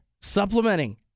supplementing